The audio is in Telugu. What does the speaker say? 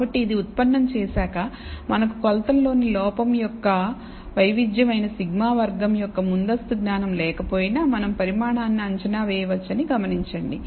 కాబట్టి ఇది ఉత్పన్నం చేశాక మనకు కొలతల లోని లోపం యొక్క వైవిధ్యం అయిన σ వర్గం యొక్క ముందస్తు జ్ఞానం లేకపోయినా మనం పరిమాణాన్ని అంచనా వేయవచ్చని గమనించండి